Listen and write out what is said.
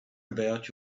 about